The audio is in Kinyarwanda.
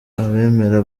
abemera